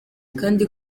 kandi